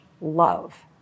love